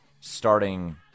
starting